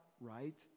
right